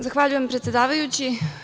Zahvaljujem predsedavajući.